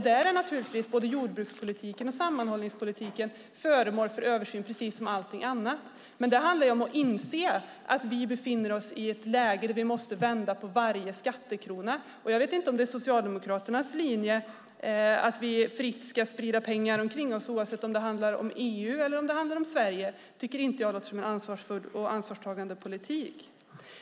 Där är naturligtvis både jordbrukspolitiken och sammanhållningspolitiken föremål för översyn, precis som allting annat. Men det handlar om att inse att vi befinner oss i ett läge där vi måste vända på varje skattekrona. Jag vet inte om det är Socialdemokraternas linje att vi fritt ska sprida pengar omkring oss, oavsett om det handlar om EU eller om det handlar om Sverige. Det tycker inte jag låter som en ansvarsfull och ansvarstagande politik.